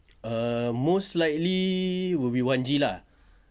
uh most likely will be wan G lah